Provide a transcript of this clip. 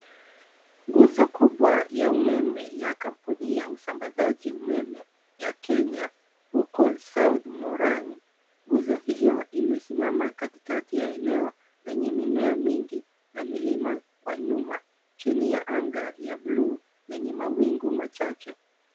Nguzo kubwa ya umeme ya kampuni ya usambazaji umeme ya Kenya huko cs[south Murang']cs. Nguzo hiyo imetumika katikati ya eneo lenye mimea mingi na milima kwa nyuma. Chini ya anga ya buluu lenye mawingu machache.